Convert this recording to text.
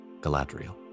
Galadriel